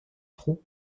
trou